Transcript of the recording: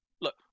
Look